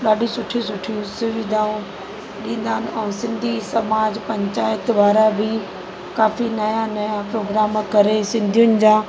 ॾाढी सुठी सुठी सुविधाऊं ॾींदा आहिनि ऐं सिंधी समाज पंचायत वारा बि काफ़ी नया नया प्रोग्राम करे सिंधियुनि जा